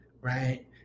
right